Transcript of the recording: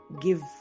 give